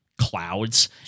clouds